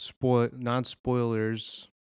non-spoilers